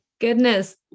goodness